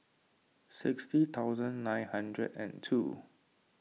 sixty thousand nine hundred and two